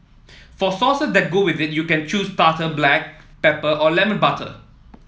for sauces that go with it you can choose tartar black pepper or lemon butter